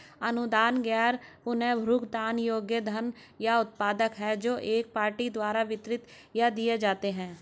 अनुदान गैर पुनर्भुगतान योग्य धन या उत्पाद हैं जो एक पार्टी द्वारा वितरित या दिए जाते हैं